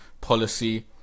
policy